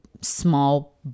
small